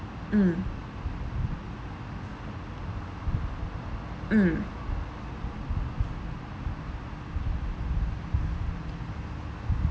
mm mm